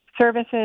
Services